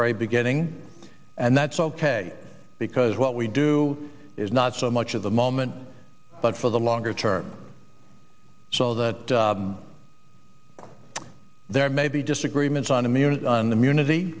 very beginning and that's ok because what we do is not so much of the moment but for the longer term so that there may be disagreements on amir's on the munity